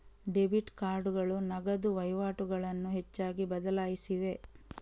debit ಕಾರ್ಡುಗಳು ನಗದು ವಹಿವಾಟುಗಳನ್ನು ಹೆಚ್ಚಾಗಿ ಬದಲಾಯಿಸಿವೆ